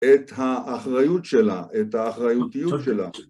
את האחריות שלה, את האחריותיות שלה.